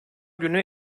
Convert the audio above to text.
günü